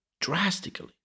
drastically